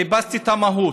חיפשתי את המהות,